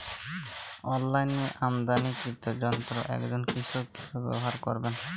অনলাইনে আমদানীকৃত যন্ত্র একজন কৃষক কিভাবে ব্যবহার করবেন?